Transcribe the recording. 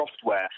software